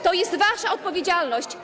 To jest wasza odpowiedzialność.